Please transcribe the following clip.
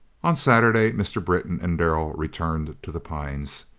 on saturday mr. britton and darrell returned to the pines.